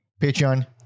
Patreon